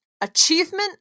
Achievement